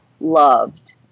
loved